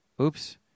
Oops